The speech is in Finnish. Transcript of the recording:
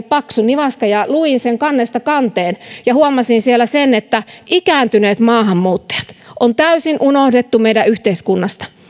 paksu nivaska ja luin sen kannesta kanteen ja huomasin siellä sen että ikääntyneet maahanmuuttajat on täysin unohdettu meidän yhteiskunnassa